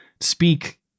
speak